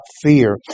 fear